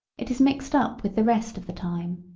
it is mixed up with the rest of the time.